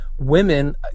women